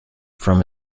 from